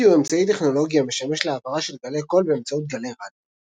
רדיו הוא אמצעי טכנולוגי המשמש להעברה של גלי קול באמצעות גלי רדיו.